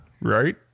Right